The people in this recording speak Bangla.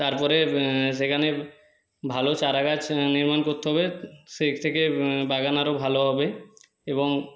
তারপরে সেখানে ভালো চারা গাছ নির্মাণ করতে হবে সেই থেকে বাগান আরও ভালো হবে এবং